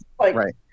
right